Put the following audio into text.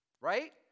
Right